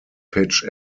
pitch